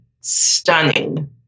stunning